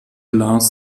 lars